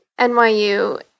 NYU